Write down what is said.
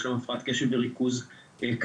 יש להם הפרעת קשב וריכוז קשה,